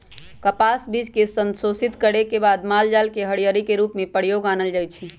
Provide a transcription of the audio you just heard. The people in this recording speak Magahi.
कपास बीज के संशोधित करे के बाद मालजाल के हरियरी के रूप में प्रयोग में आनल जाइ छइ